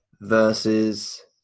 versus